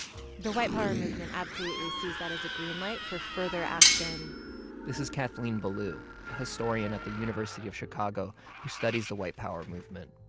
the white power movement absolutely sees that as a green light for further action this is kathleen belew, a historian at the university of chicago who studies the white power movement.